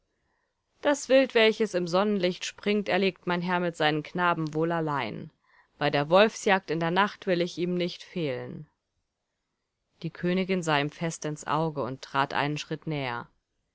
das wild welches im sonnenlicht springt erlegt mein herr mit seinen knaben wohl allein bei der wolfsjagd in der nacht will ich ihm nicht fehlen die königin sah ihm fest ins auge und trat einen schritt näher